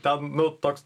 ten nu toks